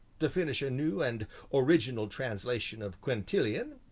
to finish a new and original translation of quintilian,